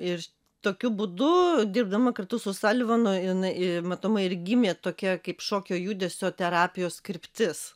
ir tokiu būdu dirbdama kartu su salivanu jinai matomai ir gimė tokia kaip šokio judesio terapijos kryptis